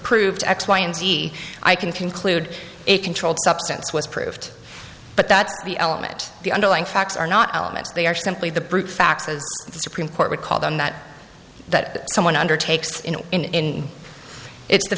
proved x y and z i can conclude a controlled substance was proved but that's the element the underlying facts are not elements they are simply the brute facts as the supreme court would call them that that someone undertakes in it's the